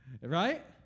Right